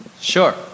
Sure